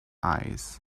eyes